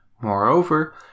Moreover